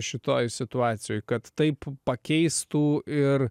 šitoj situacijoj kad taip pakeistų ir